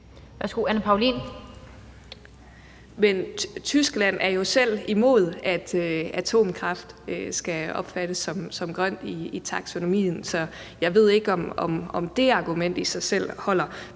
11:10 Anne Paulin (S): Men Tyskland er jo selv imod, at atomkraft skal opfattes som grøn i taksonomien, så jeg ved ikke, om det argument i sig selv holder.